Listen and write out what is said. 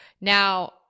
Now